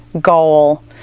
goal